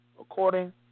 According